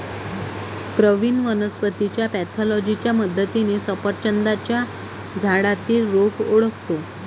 प्रवीण वनस्पतीच्या पॅथॉलॉजीच्या मदतीने सफरचंदाच्या झाडातील रोग ओळखतो